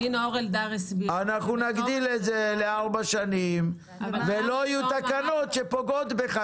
אנחנו נגדיל את זה לארבע שנים ולא יהיו תקנות שפוגעות בך,